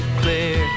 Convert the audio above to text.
clear